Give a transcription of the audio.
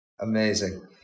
Amazing